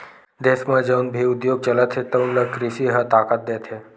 देस म जउन भी उद्योग चलत हे तउन ल कृषि ह ताकत देथे